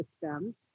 system